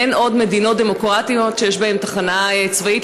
אין עוד מדינות דמוקרטיות שיש בהן תחנה צבאית,